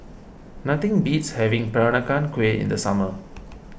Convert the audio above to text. nothing beats having Peranakan Kueh in the summer